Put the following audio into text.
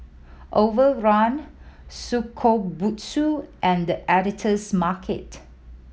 Overrun Shokubutsu and The Editor's Market